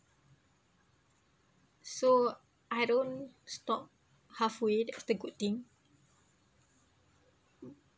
so I don't stop halfway that's the good thing